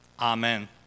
Amen